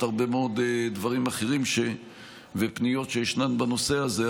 הרבה מאוד דברים אחרים ופניות שיש בנושא הזה,